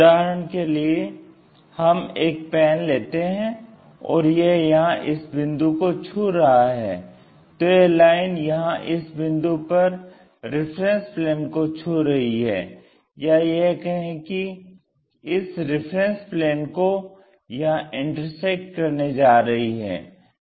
उदाहरण के लिए हम एक पैन लेते हैं और यह यहां इस बिंदु को छू रहा है तो यह लाइन यहां इस बिंदु पर रिफरेन्स प्लेन को छू रही है या यह कहें कि इस रिफरेन्स प्लेन को यहां इंटरसेक्ट करने जा रही है